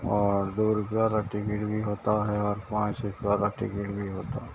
اور دو روپیے والا ٹکٹ بھی ہوتا ہے اور پانچ روپے والا ٹکٹ بھی ہوتا ہے